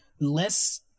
less